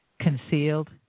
concealed